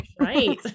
Right